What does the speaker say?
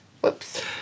Whoops